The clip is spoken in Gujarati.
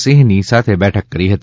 સિંહની સાથે બેઠક કરી હતી